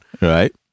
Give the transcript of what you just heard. right